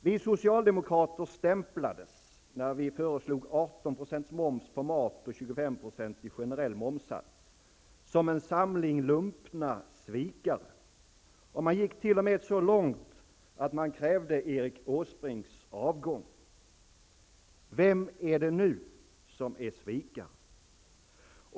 Vi socialdemokrater stämplades -- när vi föreslog 18 % moms på mat och en 25-procentig generell momssats -- som en samling lumpna svikare. Man gick t.o.m. så långt att man krävde Erik Åsbrinks avgång. Vem är det nu som är svikare?